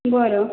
बरं